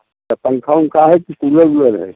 तो पंख वंखा है कि कूलर ऊलर है